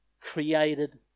created